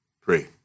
pray